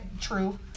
True